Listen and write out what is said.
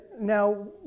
Now